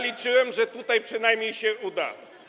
Liczyłem, że tutaj przynajmniej się uda.